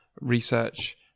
research